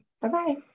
Bye-bye